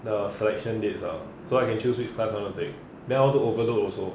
the selection dates lah so I can choose which class I want to take then I want to overload also